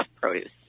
produce